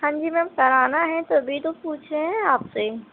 ہاں جی میم کرانا ہے تھی تبھی تو پوچھ رہے ہیں آپ سے